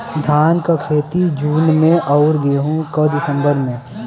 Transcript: धान क खेती जून में अउर गेहूँ क दिसंबर में?